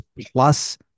plus